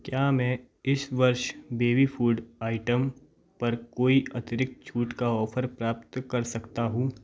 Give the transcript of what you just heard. क्या मैं इस वर्ष बेबी फ़ूड आइटम पर कोई अतिरिक्त छूट का ऑफ़र प्राप्त कर सकता हूँ